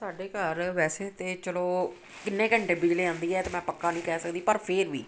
ਸਾਡੇ ਘਰ ਵੈਸੇ ਤਾਂ ਚਲੋ ਕਿੰਨੇ ਘੰਟੇ ਬਿਜਲੀ ਆਉਂਦੀ ਹੈ ਇਹ ਤਾਂ ਮੈਂ ਪੱਕਾ ਨਹੀਂ ਕਹਿ ਸਕਦੀ ਫਿਰ ਵੀ